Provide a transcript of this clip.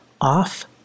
off